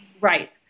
Right